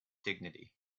dignity